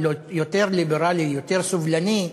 יותר סובלני,